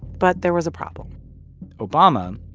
but there was a problem obama